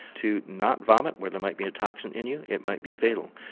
to not vomit when there might be a toxin in you? it might be fatal.